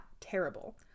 terrible